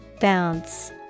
Bounce